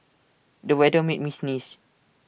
the weather made me sneeze